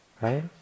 right